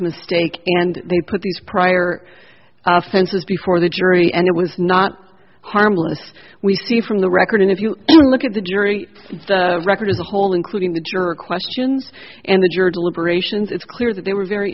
mistake and they put these prior offenses before the jury and it was not harmless we see from the record and if you look at the jury record as a whole including the jury questions and the jury deliberations it's clear that they were very